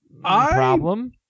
problem